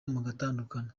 mugatandukana